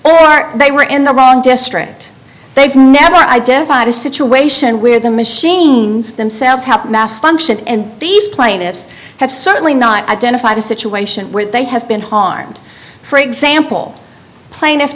are they were in the wrong district they've never identified a situation where the machines themselves help math function and these plaintiffs have certainly not identified a situation where they have been harmed for example plaintiff